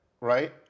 right